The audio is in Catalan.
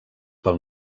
pel